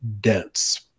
dense